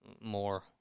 more